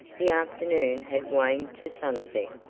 the afternoon had waned to sunset.